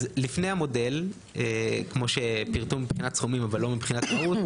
לפני המודל כמו שפירטו מבחינת הסכומים אבל לא מבחינת המהות